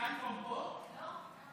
לחלופין (יז)